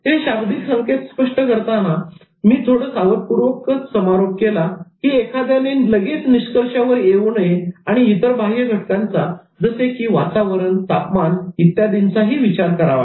हे शब्दिक संकेत स्पष्ट करत असताना मी थोडं सावधपूर्वकच समारोप केला की एखाद्याने लगेच निष्कर्षावर येऊ नये आणि इतर बाह्य घटकांचा जसे की वातावरण तापमान इत्यादींचाही विचार करावा